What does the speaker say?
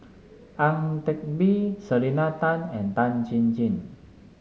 Ang Teck Bee Selena Tan and Tan Chin Chin